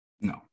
No